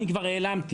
אני כבר העלמתי,